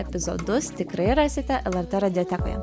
epizodus tikrai rasite lrt radiotekoje